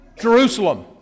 Jerusalem